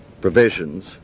provisions